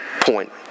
point